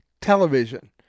Television